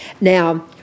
Now